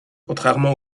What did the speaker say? contrairement